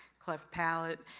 cleft palate.